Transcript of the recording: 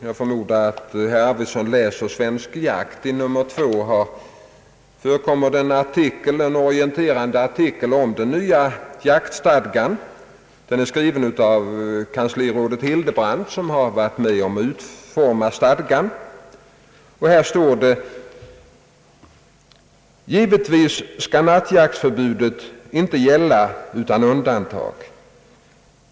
Jag förmodar att herr Arvidson läser Svensk Jakt. I nr 2 för i år av denna tidskrift finns en orienterande artikel om den nya jaktstadgan, skriven av kanslirådet Per Hildebrand, som varit med om att utforma stadgan. I artikeln heter det bl.a.: »Givetvis skall nattjaktförbudet inte gälla utan undantag.